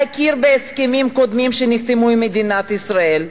להכיר בהסכמים קודמים שנחתמו עם מדינת ישראל.